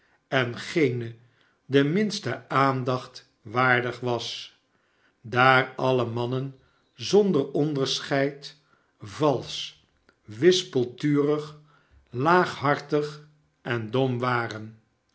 en geene de minste aandacht waardig was daar alle mannen zonder onderscheid valsch wispelturig laaghartig en dom waren